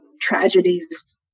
tragedies